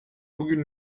bugün